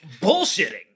bullshitting